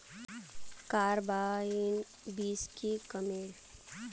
Carbine बीस की कमेर?